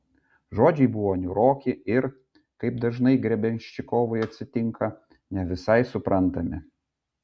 žodžiai buvo niūroki ir kaip kad dažnai grebenščikovui atsitinka ne visai suprantami